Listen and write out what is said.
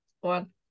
one